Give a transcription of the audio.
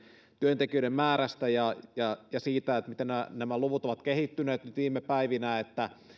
työntekijöiden määrästä ja ja siitä miten nämä nämä luvut ovat kehittyneet viime päivinä